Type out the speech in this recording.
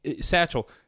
Satchel